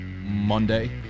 monday